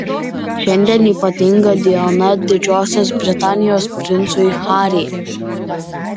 šiandien ypatinga diena didžiosios britanijos princui harry